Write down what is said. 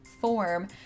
form